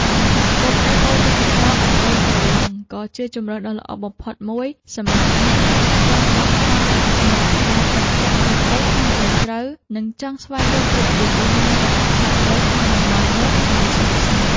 សហគមន៍អេកូទេសចរណ៍អណ្តូងក្រឡឹង ក៏ជាជម្រើសដ៏ល្អបំផុតមួយសម្រាប់អ្នកដែលចង់បោះតង់សម្រាកក្បែរទឹកធ្លាក់តូចៗក្នុងព្រៃជ្រៅ និង ចង់ស្វែងយល់ពីរបៀបរស់នៅរបស់សត្វព្រៃក្នុងតំបន់នោះដោយស្ងប់ស្ងាត់។